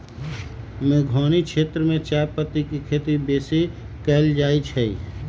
मेघौनी क्षेत्र में चायपत्ति के खेती बेशी कएल जाए छै